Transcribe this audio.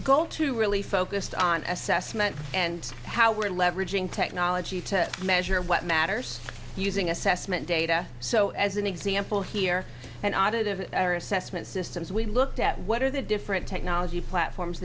go to really focused on s s men and how we're leveraging technology to measure what matters using assessment data so as an example here and auditive assessment systems we looked at what are the different technology platforms